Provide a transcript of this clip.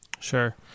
Sure